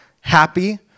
happy